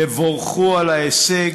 תבורכו על ההישג.